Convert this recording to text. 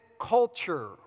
culture